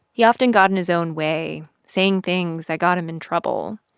he often got in his own way, saying things that got him in trouble.